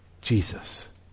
Jesus